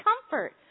comfort